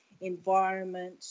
environment